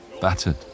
battered